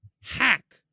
hack